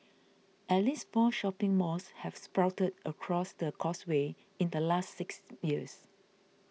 at least four shopping malls have sprouted across the Causeway in the last six years